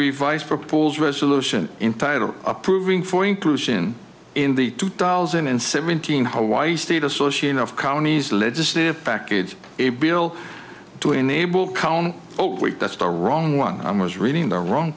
revised proposed resolution entitle approving for inclusion in the two thousand and seventeen hawaii state association of counties legislative package a bill to enable calm oh wait that's the wrong one i was reading the wrong